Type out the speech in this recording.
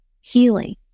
healing